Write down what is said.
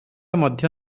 ମଧ୍ୟ